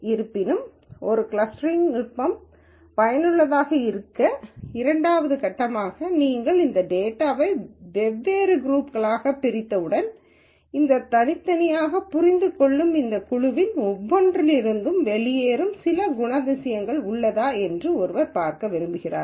இருப்பினும் ஒரு கிளஸ்டரிங் நுட்பம் பயனுள்ளதாக இருக்க இரண்டாவது கட்டமாக நீங்கள் இந்த டேட்டாவை வெவ்வேறு குரூப்ஸ் களாகப் பிரித்தவுடன் இந்த தனித்தனியைப் புரிந்துகொள்வதற்கும் இந்த குழுவில் ஒவ்வொன்றிலிருந்தும் வெளியேறும் சில குணாதிசயங்கள் உள்ளதா என்று ஒருவர் பார்க்க விரும்புகிறார்